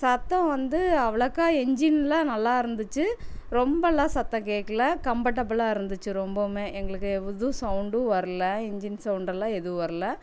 சத்தம் வந்து அவ்வளோக்கா என்ஜின்ல நல்லா இருந்துச்சு ரொம்பலாம் சத்தம் கேக்கலை கம்பட்டபுளாக இருந்துச்சு ரொம்பவுமே எங்களுக்கு எதுவும் சவுண்டும் வரல இன்ஜின் சவுண்ட் எல்லாம் எதுவும் வரல